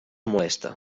molesta